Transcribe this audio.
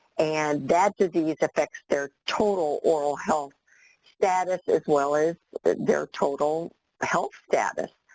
and that disease affects their total oral health status as well as their total health status.